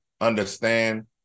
understand